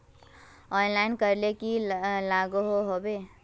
Online करले की लागोहो होबे?